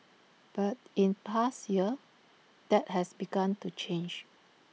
but in past year that has begun to change